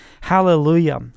Hallelujah